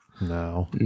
no